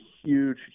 huge